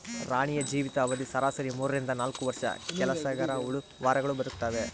ರಾಣಿಯ ಜೀವಿತ ಅವಧಿ ಸರಾಸರಿ ಮೂರರಿಂದ ನಾಲ್ಕು ವರ್ಷ ಕೆಲಸಗರಹುಳು ವಾರಗಳು ಬದುಕ್ತಾವೆ